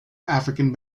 african